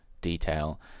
detail